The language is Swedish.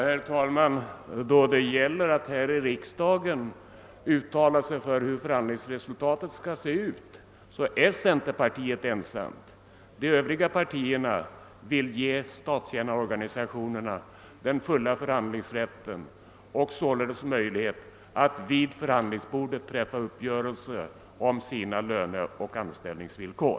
Herr talman! Då det gäller att här i riksdagen uttala sig för hur förhandlingsresultatet skall se ut är centerpartiet ensamt. De övriga partierna vill ge statstjänarorganisationerna den fulla förhandlingsrätten och således möjlighet att vid förhandlingsbordet träffa uppgörelse om sina löneoch anställningsvillkor.